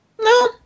No